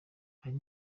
hari